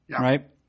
right